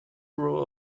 rule